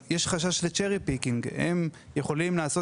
יש חשש ל-Cherry Picking: הם יכולים לעשות